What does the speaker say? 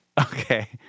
Okay